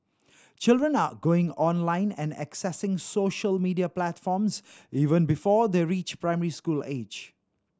children are going online and accessing social media platforms even before they reach primary school age